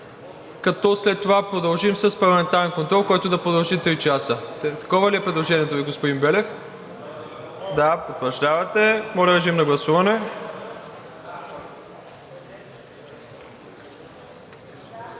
като след това продължим с парламентарен контрол, който да продължи три часа. Такова ли е предложението Ви, господин Белев? Да, потвърждавате. Моля, режим на гласуване.